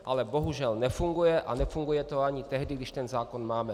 Ale bohužel nefunguje a nefunguje to ani tehdy, když ten zákon máme.